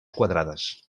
quadrades